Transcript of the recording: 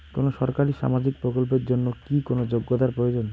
কোনো সরকারি সামাজিক প্রকল্পের জন্য কি কোনো যোগ্যতার প্রয়োজন?